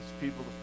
people